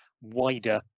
wider